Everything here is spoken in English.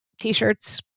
t-shirts